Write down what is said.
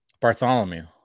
Bartholomew